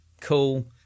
cool